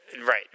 Right